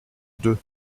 deux